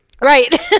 right